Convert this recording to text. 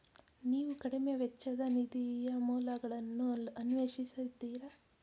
ನೀವು ಕಡಿಮೆ ವೆಚ್ಚದ ನಿಧಿಯ ಮೂಲಗಳನ್ನು ಅನ್ವೇಷಿಸಿದ್ದೀರಾ?